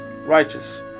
righteous